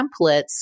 templates